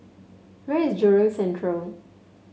where is Jurong Central